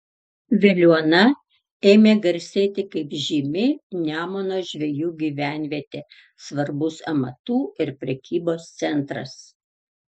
veliuona ėmė garsėti kaip žymi nemuno žvejų gyvenvietė svarbus amatų ir prekybos centras